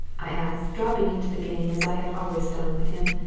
i asked, dropping into the game as i have always done with him,